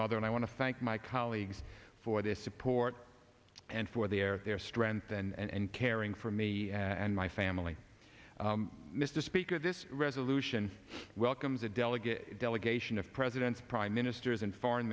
mother and i want to thank my colleagues for their support and for their their strength and caring for me and my family mr speaker this resolution welcomes a delegate delegation of presidents prime ministers and foreign